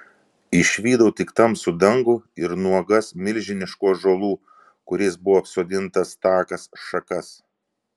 išvydau tik tamsų dangų ir nuogas milžiniškų ąžuolų kuriais buvo apsodintas takas šakas